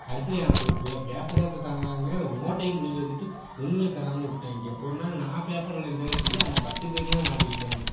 கடைசியில் எனக்கொரு பே பேப்பராச்சு தாங்கடாங்கிறேன் ஒரு நோட்டையும் பிடுங்கி வச்சுட்டு ஒன்றுமே தராமல் விட்டாய்ங்க ஒருநாள் நான் பேப்பரில் எழுதுறேன்னு சொல்லி அந்த பத்து பேருமே மாட்டிக்கிட்டாங்க